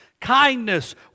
kindness